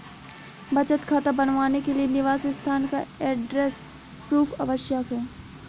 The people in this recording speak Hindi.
बचत खाता बनवाने के लिए निवास स्थान का एड्रेस प्रूफ आवश्यक है